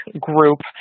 group